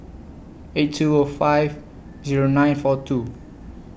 eight two O five Zero nine four two